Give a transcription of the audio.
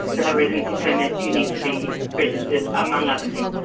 to have a residency permit you need to be registered, among other things,